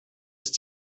ist